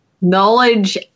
knowledge